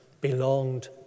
belonged